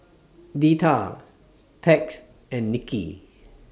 Deetta Tex and Nicky